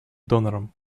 донором